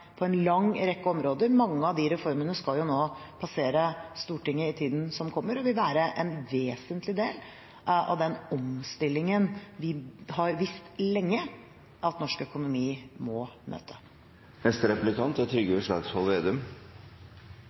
på en lang rekke områder. Mange av de reformene skal passere Stortinget i tiden som kommer, og vil være en vesentlig del av den omstillingen vi har visst lenge at norsk økonomi må